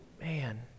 Man